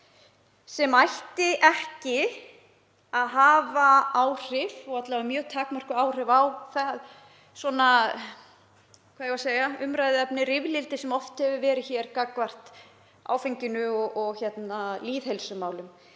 sem ætti ekki að hafa áhrif, alla vega mjög takmörkuð áhrif, á það umræðuefni eða rifrildi sem oft hefur verið hér gagnvart áfengi og lýðheilsumálum.